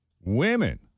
Women